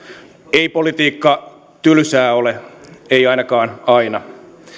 ei politiikka tylsää ole ei ainakaan aina